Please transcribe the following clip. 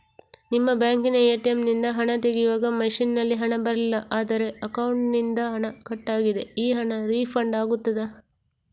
ನಿಮ್ಮ ಬ್ಯಾಂಕಿನ ಎ.ಟಿ.ಎಂ ನಿಂದ ಹಣ ತೆಗೆಯುವಾಗ ಮಷೀನ್ ನಲ್ಲಿ ಹಣ ಬರಲಿಲ್ಲ ಆದರೆ ಅಕೌಂಟಿನಿಂದ ಹಣ ಕಟ್ ಆಗಿದೆ ಆ ಹಣ ರೀಫಂಡ್ ಆಗುತ್ತದಾ?